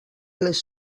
les